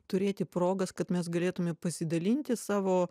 turėti progas kad mes galėtume pasidalinti savo